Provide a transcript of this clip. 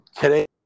today